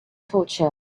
torture